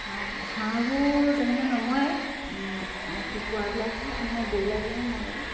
হাঁহ হাঁহবোৰ তেনেকে নমৰে কুকুৰাবিলাকহে মানে ব্ৰইলাৰবিলাক মৰে